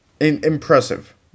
impressive